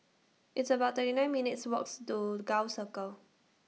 It's about thirty nine minutes' Walks to Gul Circle